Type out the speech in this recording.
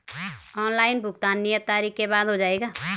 Online भुगतान नियत तारीख के बाद हो जाएगा?